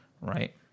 right